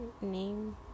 name